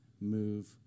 move